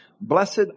Blessed